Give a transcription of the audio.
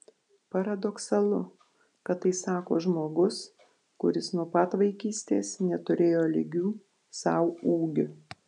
paradoksalu kad tai sako žmogus kuris nuo pat vaikystės neturėjo lygių sau ūgiu